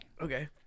Okay